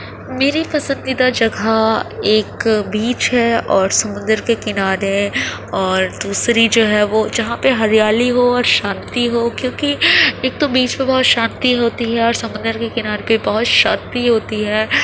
میری پسندیدہ جگہ ایک بیچ ہے اور سمندر کے کنارے ہے اور دوسری جو ہے وہ جہاں پہ ہریالی ہو اور شانتی ہو کیونکہ ایک تو بیچ پہ بہت شانتی ہوتی ہے اور سمندر کے کنارے پہ بہت شانتی ہوتی ہے